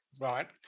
right